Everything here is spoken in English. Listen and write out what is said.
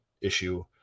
issue